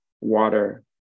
water